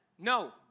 No